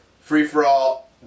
Free-for-all